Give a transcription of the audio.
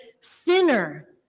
sinner